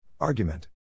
Argument